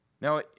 Now